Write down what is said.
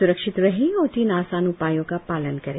स्रक्षित रहें और तीन आसान उपायों का पालन करें